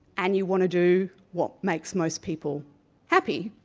and you want to do what makes most people happy,